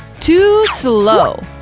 too slow!